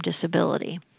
disability